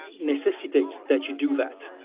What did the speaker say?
necessitates that you do that,